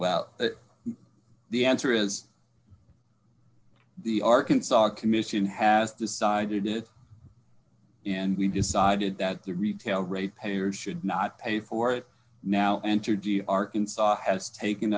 well the answer is the arkansas commission has decided it and we decided that the retail rate payers should not pay for it now entergy arkansas has taken